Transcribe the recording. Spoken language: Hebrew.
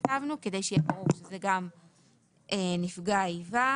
כתבנו נכה כדי שזה יהיה ברור שזה גם נפגע איבה.